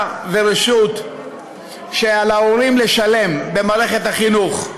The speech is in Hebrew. ורשות שעל ההורים לשלם במערכת החינוך.